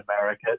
America